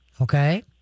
Okay